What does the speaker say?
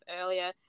earlier